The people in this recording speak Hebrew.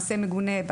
מעשה מגונה.